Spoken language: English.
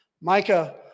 Micah